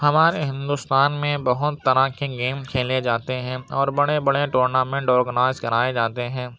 ہمارے ہندوستان میں بہت طرح کے گیم کھیلے جاتے ہیں اور بڑے بڑے ٹورنامنٹ آرگنائز کرائے جاتے ہیں